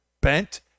bent